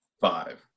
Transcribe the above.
five